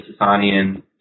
Sasanian